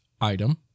item